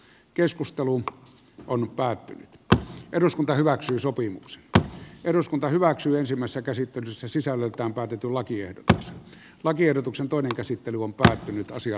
keskustelu on päättynyt että eduskunta hyväksyy sopimuksetta eduskunta hyväksyy ensimmäistä käsittelyssä sisällöltään katetulla kiertämässä lakiehdotuksen toinen käsittely on päättynyt asiaa